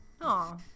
Aw